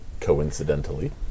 Coincidentally